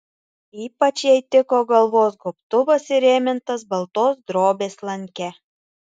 ypač jai tiko galvos gobtuvas įrėmintas baltos drobės lanke